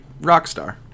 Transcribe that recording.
Rockstar